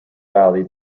valley